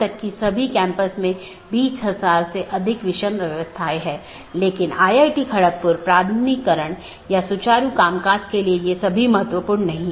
तो IBGP speakers की तरह AS के भीतर पूर्ण मेष BGP सत्रों का मानना है कि एक ही AS में साथियों के बीच एक पूर्ण मेष BGP सत्र स्थापित किया गया है